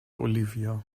olivia